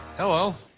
hello.